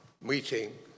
meeting